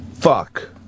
Fuck